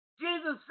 Jesus